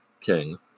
king